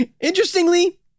Interestingly